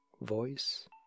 voice